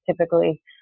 typically